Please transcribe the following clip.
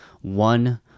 One